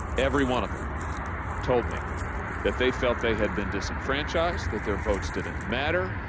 every one of them told me that they felt they had been disenfranchized, that their votes didn't matter,